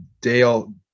Dale